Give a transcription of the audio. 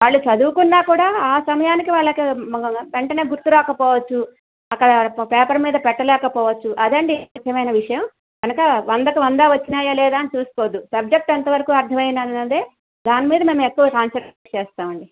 వాళ్ళు చదువుకున్న కూడా ఆ సమయానికి వాళ్ళకి వెంటనే గుర్తు రాకపోవచ్చు అక్కడ పేపర్ మీద పెట్టలేకపోవచ్చు అదండీ ముఖ్యమైన విషయం కానుక వందకి వంద వచ్చాయా లేదా అని చూసుకోవద్దు సబ్జెక్ట్ ఎంతవరకు అర్థమైందన్నదే దాని మీదనే మేము ఎక్కువ కాన్సన్ట్రేట్ చేస్తామండి